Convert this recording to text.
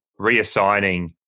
reassigning